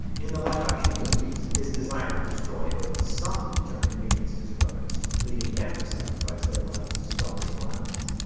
in the live-action movies, his desire to destroy earth's sun turned him against his brothers, leading them to sacrifice their lives to stop his plans.